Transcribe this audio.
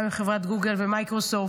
גם עם חברת גוגל ומיקרוסופט,